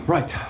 Right